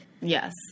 Yes